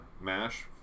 mash